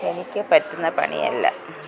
എനിക്കു പറ്റുന്ന പണിയല്ല